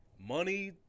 money